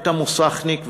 את המוסכניק,